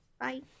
bye